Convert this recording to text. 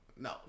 No